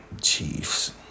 Chiefs